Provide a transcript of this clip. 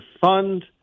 fund